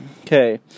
Okay